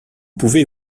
pouvez